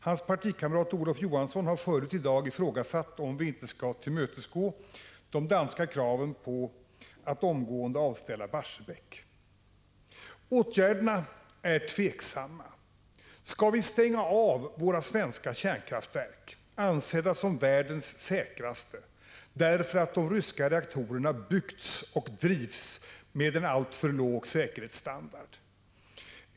Hans partikamrat Olof Johansson har tidigare i dag ifrågasatt om vi inte skall tillmötesgå de danska kraven på att omgående avställa Barsebäck. Åtgärderna är tveksamma. Skall vi stänga av våra svenska kärnkraftverk — ansedda som världens säkraste — därför att de ryska reaktorerna byggts och drivs med en alltför låg säkerhetsstandard?